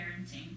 parenting